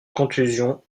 contusions